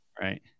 right